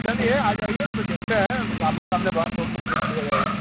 चलिए आ जाइए तो फिर देखते हैं ज आमने सामने बात होगी तो देख लिया जाएगा